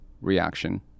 reaction